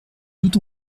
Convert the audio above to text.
tout